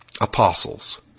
apostles